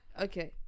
Okay